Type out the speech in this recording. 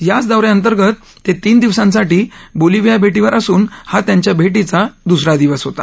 याच दौऱ्याअंतर्गत ते तीन दिवसांसाठी बोलिव्हिया भेरींवर असून हा त्यांच्या भेरींवा दुसरा दिवस होता